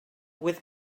with